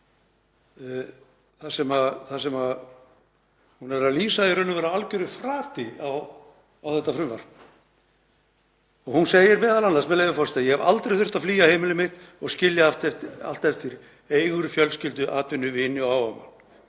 þar sem hún er að lýsa í raun og veru algjöru frati á þetta frumvarp. Hún segir m.a., með leyfi forseta: Ég hef aldrei þurft að flýja heimili mitt og skilja allt eftir; eigur, fjölskyldu, atvinnu, vini og áhugamál.